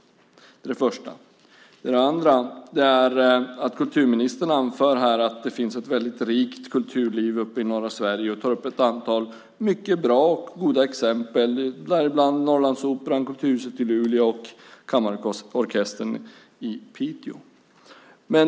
Det är det första. Sedan kommer det andra. Kulturministern anför att det finns ett väldigt rikt kulturliv uppe i norra Sverige och tar upp ett antal mycket bra och goda exempel, däribland Norrlandsoperan, kulturhuset i Luleå och kammarorkestern i Piteå.